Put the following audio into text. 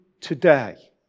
today